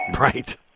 Right